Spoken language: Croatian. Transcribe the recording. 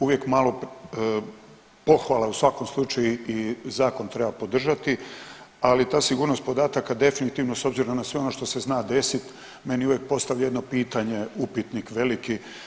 Uvijek malo pohvala u svakom slučaju i zakon treba podržati, ali ta sigurnost podataka definitivno s obzirom na sve ono što se zna desiti meni uvijek postavi jedno pitanje, upitnik veliki.